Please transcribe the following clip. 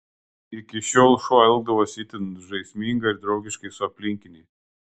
iki šiol šuo elgdavosi itin žaismingai ir draugiškai su aplinkiniais